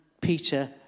Peter